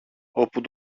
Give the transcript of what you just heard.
όπου